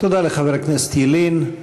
תודה לחבר הכנסת ילין.